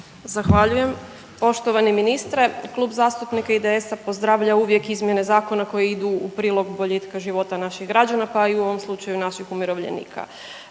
Zahvaljujem. Poštovani ministre, Klub zastupnika IDS-a pozdravlja uvijek izmjene zakona koji idu u prilog boljitka života naših građana, pa i u ovom slučaju naših umirovljenika,